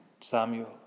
Samuel